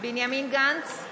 בנימין גנץ,